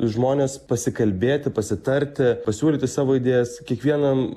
žmones pasikalbėti pasitarti pasiūlyti savo idėjas kiekvienam